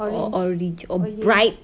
orange or ya